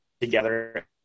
together